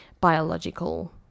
biological